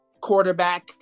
quarterback